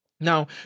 Now